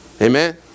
Amen